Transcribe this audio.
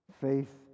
Faith